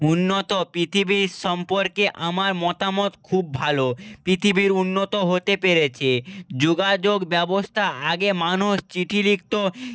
উন্নত পৃথিবীর সম্পর্কে আমার মতামত খুব ভালো পৃথিবী উন্নত হতে পেরেছে যোগাযোগ ব্যবস্থা আগে মানুষ চিঠি লিখত